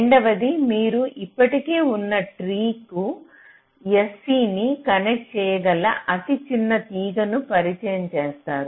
రెండవది మీరు ఇప్పటికే ఉన్న ట్రీ కు sc ను కనెక్ట్ చేయగల అతిచిన్న తీగను పరిచయం చేస్తారు